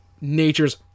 nature's